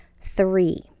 three